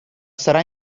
sarà